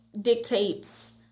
dictates